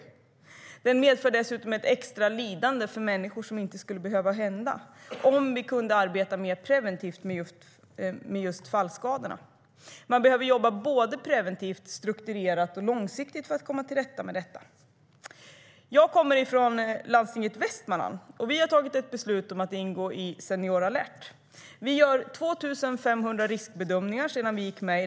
Fallskadorna medför dessutom för människor ett extra lidande som inte skulle behöva hända om vi kunde arbeta mer preventivt med just fallskadorna. Man behöver jobba preventivt, strukturerat och långsiktigt för att komma till rätta med detta. Jag kommer från Landstinget i Västmanland. Vi har tagit ett beslut om att ingå i Senior alert. Vi har gjort 2 500 riskbedömningar sedan vi gick med.